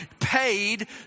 paid